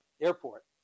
airport